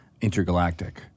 Intergalactic